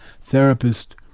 therapist